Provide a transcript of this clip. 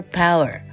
power